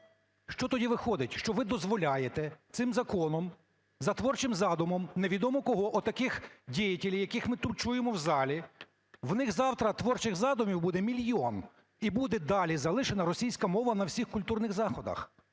Що тоді виходить? Що ви дозволяєте цим законом за творчим задумом невідомо кого, отакихдеятелей, яких ми тут чуємо в залі, в них завтра творчих задумів буде мільйон, і буде далі залишена російська мова на всіх культурних заходах.